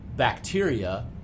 Bacteria